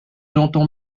entend